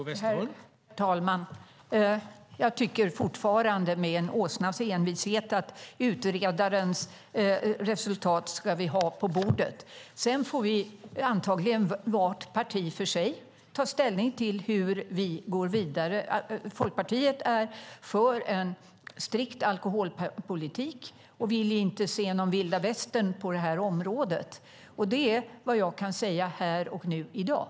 Herr talman! Jag tycker fortfarande, med en åsnas envishet, att utredarens resultat ska vi ha på bordet. Sedan får vi antagligen vart parti för sig ta ställning till hur vi går vidare. Folkpartiet är för en strikt alkoholpolitik och vill inte se någon vilda västern på det här området. Det är vad jag kan säga här och nu i dag.